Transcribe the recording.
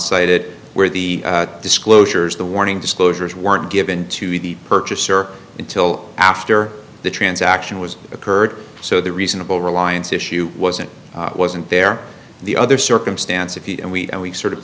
cited where the disclosures the warning disclosures weren't given to the purchaser until after the transaction was occurred so the reasonable reliance issue wasn't wasn't there the other circumstances and weak and weak sort of